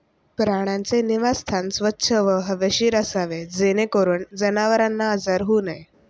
प्राण्यांचे निवासस्थान स्वच्छ व हवेशीर असावे जेणेकरून जनावरांना आजार होऊ नयेत